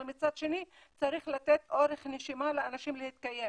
אבל מצד שני צריך לתת אורך נשימה לאנשים להתקיים.